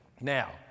Now